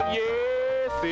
yes